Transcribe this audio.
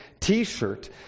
t-shirt